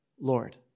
Lord